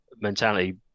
mentality